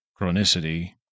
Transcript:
chronicity